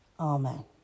Amen